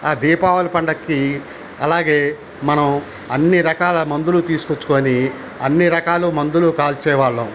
ఆ దీపావళి పండక్కి అలాగే మనం అన్ని రకాల మందులు తీసుకొచ్చుకొని అన్ని రకాలు మందులు కాల్చేవాళ్ళం